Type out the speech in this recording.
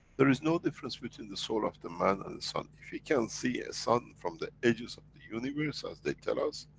there is no difference between and the soul of the man and the sun, if we can see a sun from the edges of the universe as they tell us,